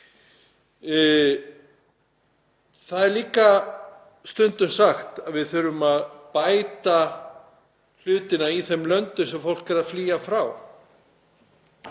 Það er líka stundum sagt að við þurfum að bæta hlutina í þeim löndum sem fólk er að flýja frá.